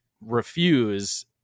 refuse